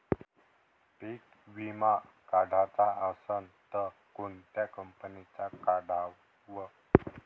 पीक विमा काढाचा असन त कोनत्या कंपनीचा काढाव?